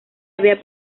había